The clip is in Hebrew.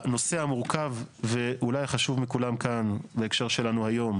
הנושא המורכב ואולי החשוב מכולם כאן בהקשר שלנו היום,